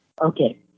Okay